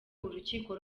urukiko